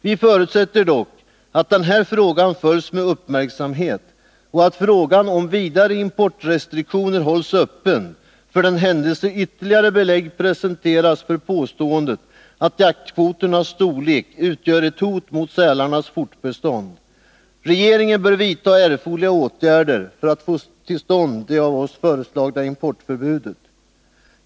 Vi förutsätter dock att denna fråga följs med uppmärksamhet och att frågan om vidare importrestriktioner hålls öppen för den händelse ytterligare belägg presenteras för påståendet att jaktkvoiernas storlek utgör ett hot mot sälarnas fortbestånd. Regeringen bör vidta erforderliga åtgärder för att få till stånd det av oss förordade importförbudet.